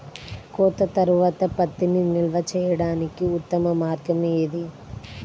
కోత తర్వాత పత్తిని నిల్వ చేయడానికి ఉత్తమ మార్గం ఏది?